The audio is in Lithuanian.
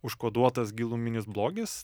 užkoduotas giluminis blogis